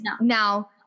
Now